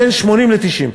בין 80 ל-90.